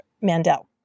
Mandel